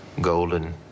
golden